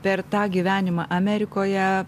per tą gyvenimą amerikoje